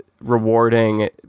rewarding